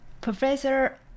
Professor